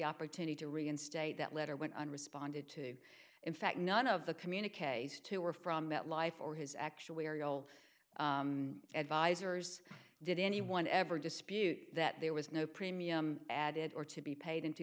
opportunity to reinstate that letter went on responded to in fact none of the communiques two were from met life or his actuarial advisers did anyone ever dispute that there was no premium added or to be paid in two